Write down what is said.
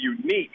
unique